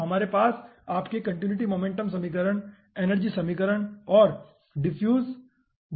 तो हमारे पास आपके कंटीन्यूटी मोमेंटम समीकरण एनर्जी समीकरण और डिफ्यूज d समीकरण हैं